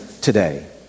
today